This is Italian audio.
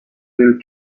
del